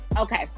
Okay